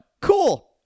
Cool